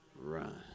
Run